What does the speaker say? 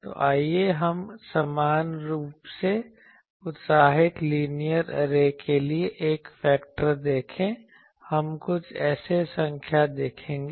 तो आइए हम समान रूप से उत्साहित लीनियर ऐरे के लिए ऐरे फेक्टर देखें हम कुछ ऐरे संख्या देखेंगे